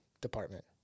department